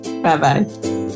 Bye-bye